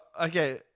okay